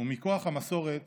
ומכוח המסורת